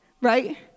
right